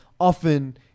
often